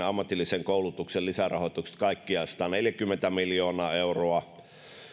ammatillisen koulutuksen lisärahoitukset kaikkiaan sataneljäkymmentä miljoonaa euroa